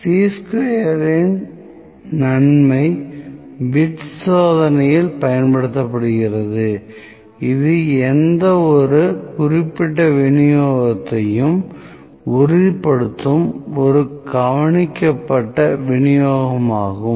சீ ஸ்கொயரின் நன்மை பிட் சோதனையில் பயன்படுத்தப்படுகிறது இது எந்தவொரு குறிப்பிட்ட விநியோகத்தையும் உறுதிப்படுத்தும் ஒரு கவனிக்கப்பட்ட விநியோகமாகும்